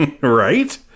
right